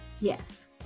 Yes